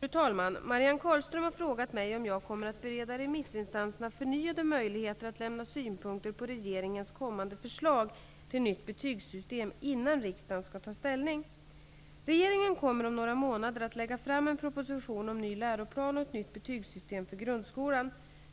Fru talman! Marianne Carlström har frågat mig om jag kommer att bereda remissinstanserna förnyade möjligheter att lämna synpunkter på regeringens kommande förslag till nytt betygssystem innan riksdagen skall ta ställning. Regeringen kommer om några månader att lägga fram en proposition om ny läroplan och nytt betygssystem för grundskolan.